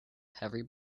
heavy